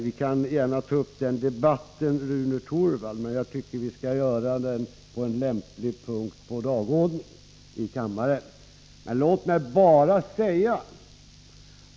Vi kan gärna diskutera den frågan, Rune Torwald, men jag tycker att vi i så fall skall göra det under en mera lämplig punkt på dagordningen.